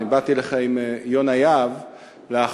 אני באתי אליך עם יונה יהב לאחרונה,